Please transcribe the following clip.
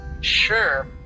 Sure